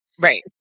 right